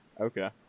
Okay